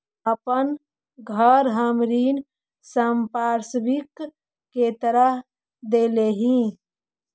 अपन घर हम ऋण संपार्श्विक के तरह देले ही